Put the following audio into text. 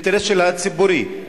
האינטרס הציבורי.